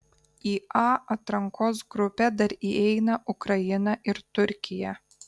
į a atrankos grupę dar įeina ukraina ir turkija